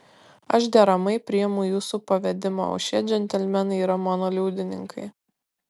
aš deramai priimu jūsų pavedimą o šie džentelmenai yra mano liudininkai